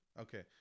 okay